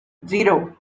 zero